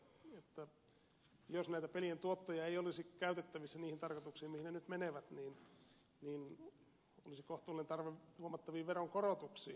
ahde siihen viittasi että jos nämä pelien tuotot eivät olisi käytettävissä niihin tarkoituksiin mihin ne nyt menevät niin olisi kohtuullinen tarve huomattaviin veronkorotuksiin